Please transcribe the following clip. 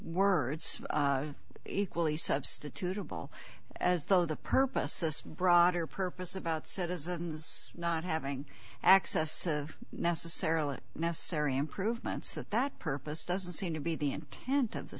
words equally substitutable as though the purpose this broader purpose about citizens not having access of necessarily necessary improvements that that purpose doesn't seem to be the intent of the